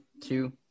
two